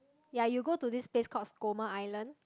ya you go to this place called Skomer Island